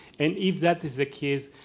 and if that is the case,